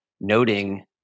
noting